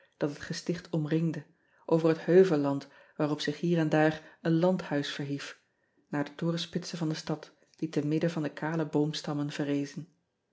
dat het gesticht omringde over het heuvelland waarop zich hier en daar een landhuis verhief naar de torenspitsen van de stad die te midden van de kale boomstammen verrezen